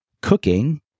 cooking